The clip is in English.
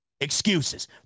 excuses